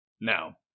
Now